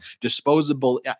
disposable –